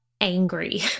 angry